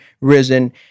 Risen